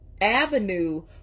avenue